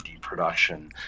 production